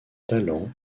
talent